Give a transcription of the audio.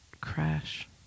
crash